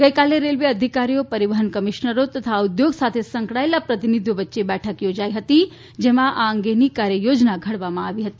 ગઇકાલે રેલ્વે અધિકારીઓ પરિવહન કમિશ્નરો તથા આ ઉદ્યોગ સાથે સંકળાયેલા પ્રતિનિધિઓ વચ્ચે બેઠક યોજાઇ હતી જેમાં આ અંગેની કાર્યયોજના ઘડવામાં આવી હતી